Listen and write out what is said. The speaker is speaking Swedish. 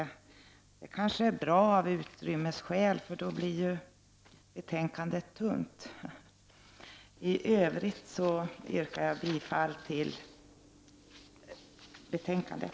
Men det är kanske bra av utrymmesskäl, för då blir ju betänkandet tunt. I övrigt yrkar jag bifall till hemställan i betänkandet.